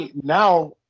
now